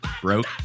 broke